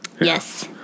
Yes